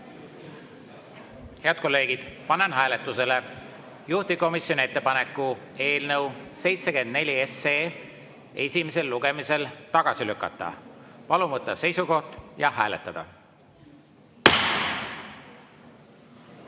kolleegid, panen hääletusele juhtivkomisjoni ettepaneku eelnõu 74 esimesel lugemisel tagasi lükata. Palun võtta seisukoht ja hääletada!